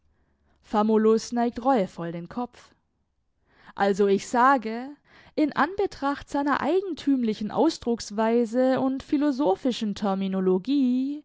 famulus neigt reuevoll den kopf also ich sage in anbetracht seiner eigentümlichen ausdrucksweise und philosophischen terminologie